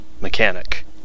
mechanic